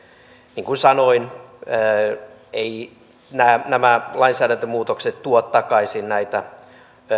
niin kuin sanoin eivät nämä lainsäädäntömuutokset tuo takaisin näitä